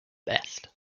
best